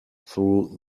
through